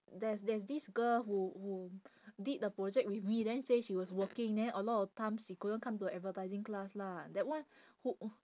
there's there's this girl who who did the project with me then say she was working then a lot of times she couldn't come to advertising class lah that one who